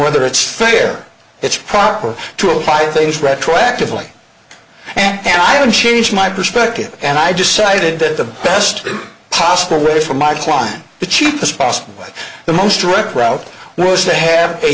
whether it's fair it's proper to apply things retroactively and i don't change my perspective and i decided that the best possible way for my client the cheapest possibly the most direct route was to have a